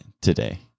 Today